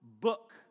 book